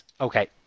Okay